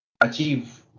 achieve